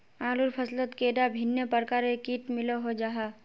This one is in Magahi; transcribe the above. आलूर फसलोत कैडा भिन्न प्रकारेर किट मिलोहो जाहा?